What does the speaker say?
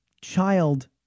child